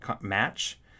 match